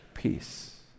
peace